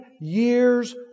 years